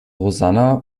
rosanna